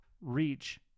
reach